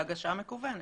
בהגשה מקוונת.